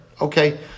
Okay